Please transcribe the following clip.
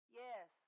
yes